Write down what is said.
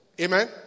Amen